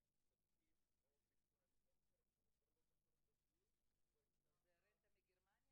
מ- -- אני כבר לא זוכר בדיוק --- זה הרנטה מגרמניה